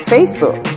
Facebook